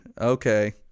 Okay